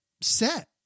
set